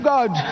God